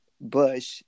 Bush